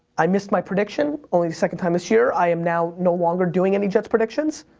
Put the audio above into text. i missed my prediction, only the second time this year. i am now no longer doing any jets predictions.